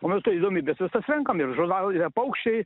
o mes tai įdomybes visas renkam ir žurnal le paukščiai